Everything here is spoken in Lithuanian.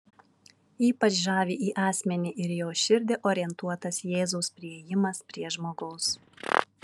ypač žavi į asmenį ir jo širdį orientuotas jėzaus priėjimas prie žmogaus